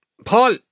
Paul